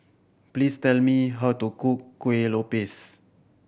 please tell me how to cook Kuih Lopes